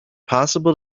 possible